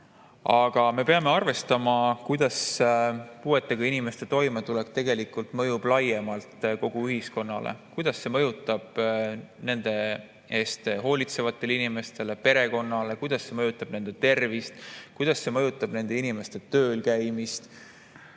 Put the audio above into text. aga me peame arvestama, kuidas puuetega inimeste toimetulek mõjub laiemalt kogu ühiskonnale, kuidas see mõjutab nende eest hoolitsevaid inimesi, kuidas see mõjutab nende perekonda, kuidas see mõjutab nende tervist, kuidas see mõjutab nende inimeste tööl käimist.